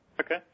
Okay